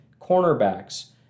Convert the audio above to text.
Cornerbacks